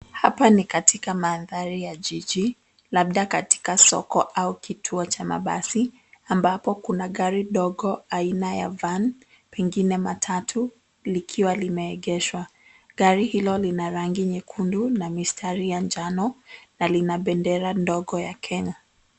Hapa ni katika mandhari ya jiji, labda katika soko au kituo cha mabasi, ambapo kuna gari ndogo aina ya van , pengine matatu, likiwa limeegeshwa. Gari hilo lina rangi nyekundu na mistari ya njano, na lina bendera ndogo ya Kenya.